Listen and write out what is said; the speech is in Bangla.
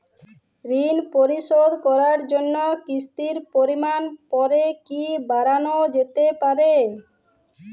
ঋন পরিশোধ করার জন্য কিসতির পরিমান পরে কি বারানো যেতে পারে?